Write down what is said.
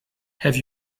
have